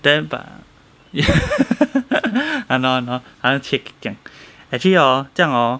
then but !hannor! !hannor! 好像切 cake 这样 actually hor 这样 hor